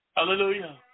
Hallelujah